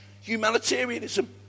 humanitarianism